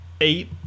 eight